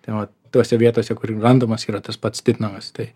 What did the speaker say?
tai vat tose vietose kur ir randamas yra tas pats titnagas tai